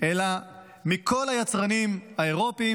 אלא מכל היצרנים האירופים,